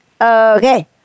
Okay